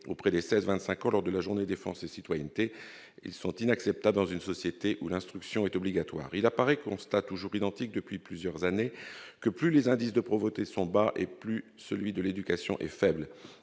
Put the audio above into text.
à vingt-cinq ans lors de la journée défense et citoyenneté. Ils sont inacceptables dans une société où l'instruction est obligatoire. Il apparaît, constat identique depuis plusieurs années, que, plus les indices de pauvreté sont bas, plus celui de l'éducation est faible.